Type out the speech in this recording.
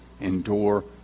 endure